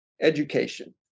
education